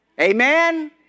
Amen